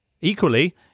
Equally